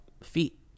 feet